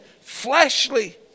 fleshly